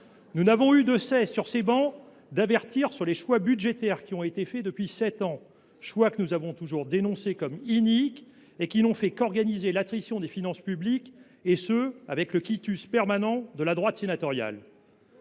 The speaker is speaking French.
Nous n’avons eu de cesse, sur ces travées, d’avertir nos compatriotes sur les choix budgétaires qui ont été faits depuis sept ans. Des choix que nous avons toujours dénoncés comme iniques, et qui n’ont fait qu’organiser l’attrition des finances publiques, et ce avec le quitus permanent de la droite sénatoriale.